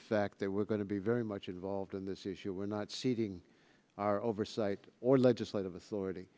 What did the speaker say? fact that we're going to be very much involved in this issue we're not ceding our oversight or legislative authority